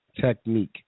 technique